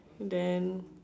then